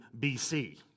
BC